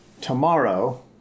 Tomorrow